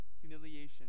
Humiliation